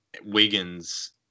Wiggins